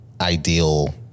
ideal